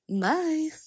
bye